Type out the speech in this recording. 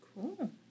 Cool